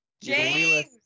James